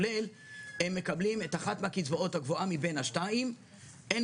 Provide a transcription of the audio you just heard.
מה זה 3,700?